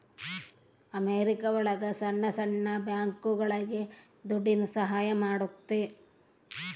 America ಒಳಗ ಸಣ್ಣ ಸಣ್ಣ ಬ್ಯಾಂಕ್ಗಳುಗೆ ದುಡ್ಡಿನ ಸಹಾಯ ಮಾಡುತ್ತೆ